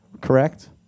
Correct